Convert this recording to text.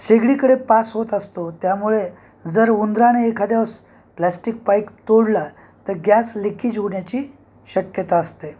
शेगडीकडे pass होत असतो त्यामुळे जर उंदराने एखाद्यावेळेस प्लाॅस्टिक पाईप तोडला तर गॅस लिकेज होण्याची शक्यता असते